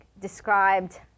described